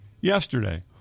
yesterday